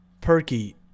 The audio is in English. perky